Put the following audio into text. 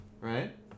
Right